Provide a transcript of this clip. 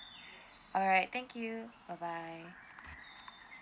alright thank you bye bye